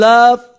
Love